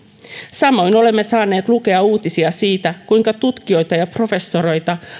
samoin olemme saaneet lukea uutisia siitä kuinka tutkijoita ja professoreita